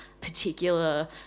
particular